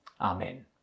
Amen